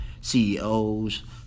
CEOs